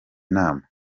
nama